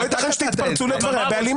לא יתכן שתתפרצו לדבריה באלימות.